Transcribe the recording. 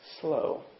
slow